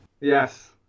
Yes